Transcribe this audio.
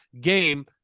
game